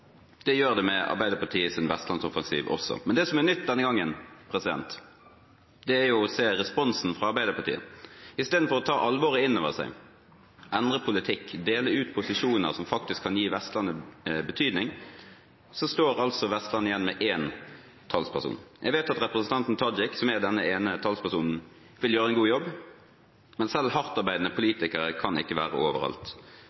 Det gjør det med Arbeiderpartiets Vestlands-offensiv også. Men det som er nytt denne gangen, er å se responsen fra Arbeiderpartiet. Istedenfor å ta alvoret inn over seg, endre politikk, dele ut posisjoner som faktisk kan gi Vestlandet betydning, står Vestlandet igjen med én talsperson. Jeg vet at representanten Tajik, som er denne ene talspersonen, vil gjøre en god jobb, men selv hardtarbeidende